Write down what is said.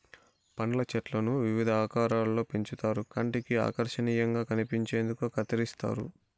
పండ్ల చెట్లను వివిధ ఆకారాలలో పెంచుతారు కంటికి ఆకర్శనీయంగా కనిపించేందుకు కత్తిరిస్తారు